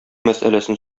мәсьәләсен